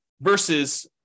versus